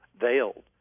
veiled